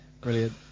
Brilliant